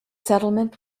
settlement